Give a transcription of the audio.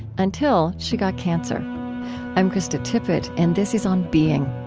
until she got cancer i'm krista tippett, and this is on being